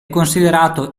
considerato